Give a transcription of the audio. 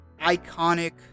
iconic